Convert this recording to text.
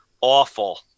Awful